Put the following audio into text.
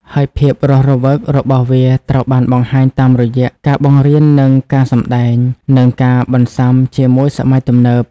ហើយភាពរស់រវើករបស់វាត្រូវបានបង្ហាញតាមរយៈ ការបង្រៀននិងការសម្តែង និងការបន្ស៊ាំជាមួយសម័យទំនើប។